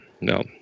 No